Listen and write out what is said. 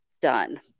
done